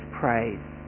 praise